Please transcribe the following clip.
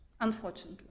unfortunately